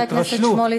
חבר הכנסת שמולי,